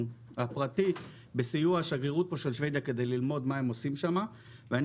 הפרטי בסיוע שגרירות שוודיה כדי ללמוד מה הם עושים שם ואני